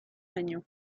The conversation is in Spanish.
año